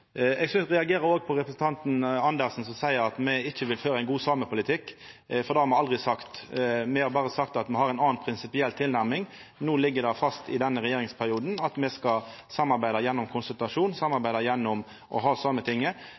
Eg reagerer òg på at representanten Andersen seier at me ikkje vil føra ein god samepolitikk. Det har me aldri sagt. Me har berre sagt at me har ei anna prinsipiell tilnærming. I denne regjeringsperioden ligg det fast at me skal samarbeida gjennom konsultasjon, samarbeida gjennom å ha Sametinget,